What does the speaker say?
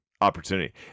opportunity